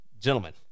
Gentlemen